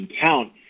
count